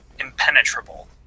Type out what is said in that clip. impenetrable